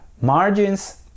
margins